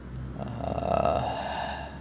uh